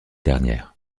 dernière